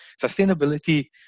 Sustainability